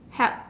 help